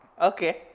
okay